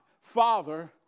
father